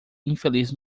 infeliz